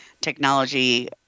technology